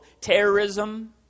terrorism